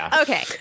Okay